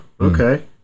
Okay